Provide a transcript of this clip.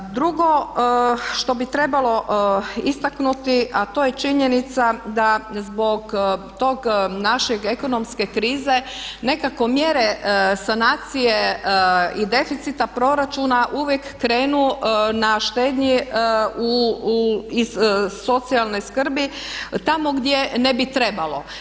Drugo što bi trebalo istaknuti a to je činjenica da zbog te naše ekonomske krize nekako mjere sanacije i deficita proračuna uvijek krenu na štednji iz socijalne skrbi tamo gdje ne bi trebalo.